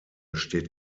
steht